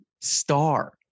star